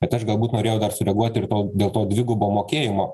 bet aš galbūt norėjau dar sureaguoti ir to dėl to dvigubo mokėjimo